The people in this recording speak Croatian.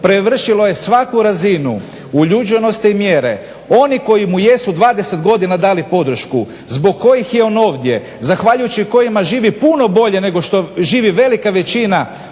prevršilo je svaku razinu uljuđenosti i mjere onih koji mu jesu 20 godina dali podršku zbog kojih je on ovdje, zahvaljujući kojima živi puno bolje nego što živi velika većina